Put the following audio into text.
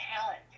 talent